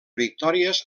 victòries